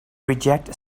reject